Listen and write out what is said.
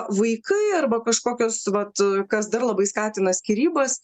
vaikai arba kažkokios vat kas dar labai skatina skyrybas